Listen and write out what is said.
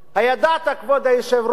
הידעת, כבוד היושב-ראש,